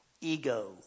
ego